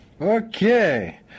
Okay